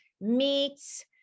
meats